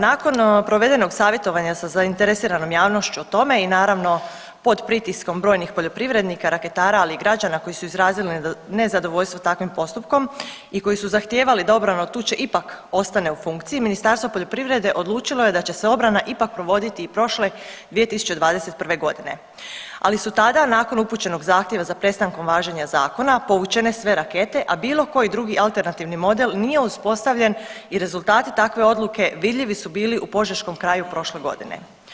Nakon provedenog savjetovanja sa zainteresiranom javnošću o tome i naravno pod pritiskom brojnih poljoprivrednika, raketara, ali i građana koji su izrazili nezadovoljstvo takvim postupkom i koji su zahtijevali da obrana od tuče ipak ostane u funkciji Ministarstvo poljoprivrede odlučilo je da će se obrana ipak provoditi i prošle 2021.g., ali su tada nakon upućenog zahtjeva za prestankom važenja zakona povučene sve rakete, a bilo koji drugi alternativni model nije uspostavljen i rezultati takve odluke vidljivi su bili u požeškom kraju prošle godine.